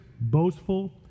boastful